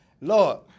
Lord